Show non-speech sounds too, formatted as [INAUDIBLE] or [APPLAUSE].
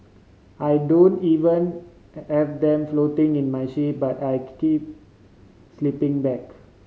I don't even [UNINTELLIGIBLE] have them floating in my sheep but I [UNINTELLIGIBLE] keep sleeping bag